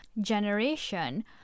generation